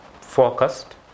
forecast